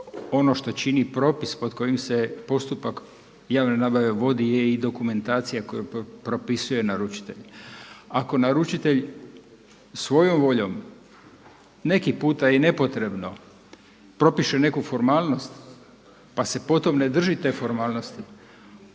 ono što propis pod kojim se postupak javne nabave vodi je i dokumentacija koju propisuje naručitelj. Ako naručitelj svojom voljom neki puta i nepotrebno propiše neku formalnost pa se po tom ne drži te formalnosti,